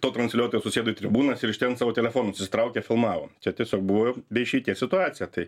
to transliuotojo susėdo į tribūnas ir iš ten savo telefonus išsitraukė filmavo čia tiesiog buvo be išeities situacija tai